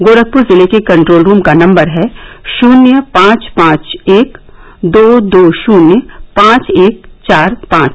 गोखपुर जिले के control room का नम्बर है शून्य पांच पांच एक दो दो शून्य पांच एक चार पांच